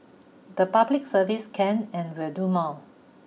the public service can and will do more